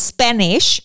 Spanish